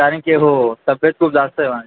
कारण की हो हो तब्बेत खूप जास्त आहे माझी